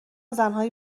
زنهای